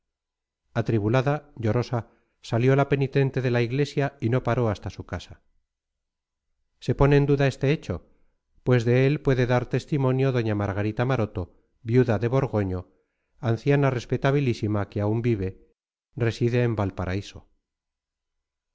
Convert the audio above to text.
atribulada llorosa salió la penitente de la iglesia y no paró hasta su casa se pone en duda este hecho pues de él puede dar testimonio doña margarita maroto viuda de borgoño anciana respetabilísima que aún vive reside en valparaíso